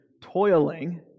toiling